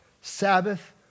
Sabbath